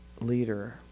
leader